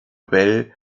bell